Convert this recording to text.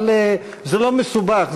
אבל זה לא מסובך,